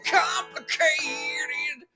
complicated